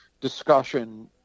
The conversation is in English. discussion